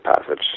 passage